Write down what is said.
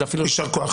יישר רוח.